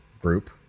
group